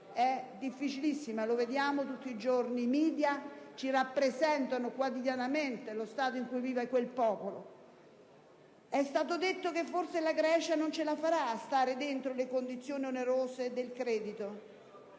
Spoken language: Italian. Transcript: è difficilissima. Lo vediamo tutti i giorni. I *media* ci rappresentano quotidianamente lo stato in cui vive quel popolo. È stato detto che forse la Grecia non ce la farà a stare dentro le condizioni onerose del credito.